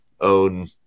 own